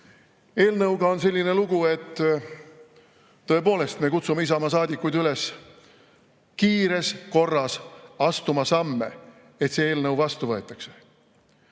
eelnõuga on selline lugu, et tõepoolest, me kutsume Isamaa saadikuid üles kiires korras astuma samme, et see eelnõu vastu võetaks.